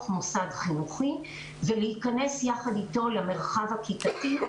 מוסד חינוכי ולהיכנס יחד איתו למרחב הכיתתי.